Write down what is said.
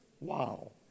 Wow